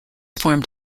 formed